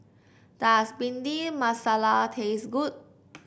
does Bhindi Masala taste good